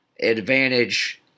advantage